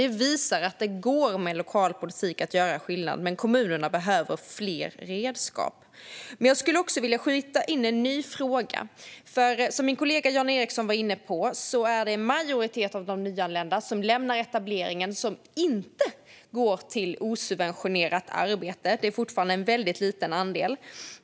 Det visar att det med lokal politik går att göra skillnad. Men kommunerna behöver fler redskap. Jag skulle också vilja skjuta in en ny fråga. Som min kollega Jan Ericson var inne på är det en majoritet av de nyanlända som lämnar etableringen som inte går till osubventionerat arbete. Det är fortfarande en väldigt liten andel som gör det.